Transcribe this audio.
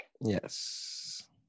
Yes